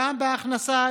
גם בהכנסה.